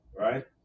Right